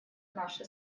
наши